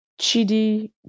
Chidi